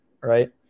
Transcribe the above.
right